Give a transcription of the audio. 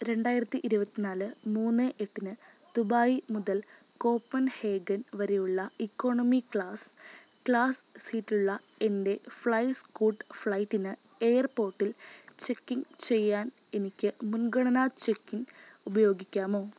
രണ്ടായിരത്തി ഇരുപത്തിനാല് മൂന്ന് എട്ടിന് ദുബായി മുതൽ കോപ്പൻഹേഗൻ വരെയുള്ള ഇക്കോണമി ക്ലാസ് ക്ലാസ് സീറ്റിലുള്ള എൻറ്റെ ഫ്ളൈ സ്കൂട്ട് ഫ്ലൈറ്റിന് എയർപ്പോട്ടിൽ ചെക്കിൻ ചെയ്യാൻ എനിക്ക് മുൻഗണനാ ചെക്കിൻ ഉപയോഗിക്കാമോ